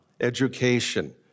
education